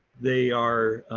they are,